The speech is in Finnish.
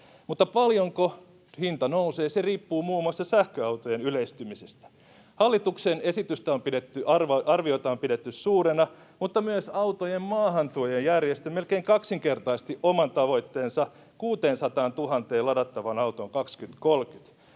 Mutta paljonko hinta nousee, se riippuu muun muassa sähköautojen yleistymisestä. Hallituksen esityksen arviota on pidetty suurena, mutta myös autojen maahantuojien järjestö melkein kaksinkertaisti oman tavoitteensa 600 000 ladattavaan autoon 2030.